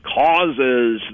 causes